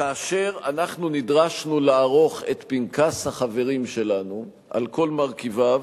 כאשר אנחנו נדרשנו לערוך את פנקס החברים שלנו על כל מרכיביו,